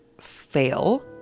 Fail